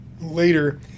later